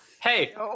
Hey